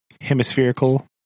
hemispherical